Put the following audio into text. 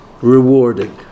Rewarding